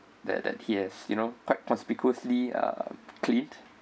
that that he has you know quite conspicuously cleaned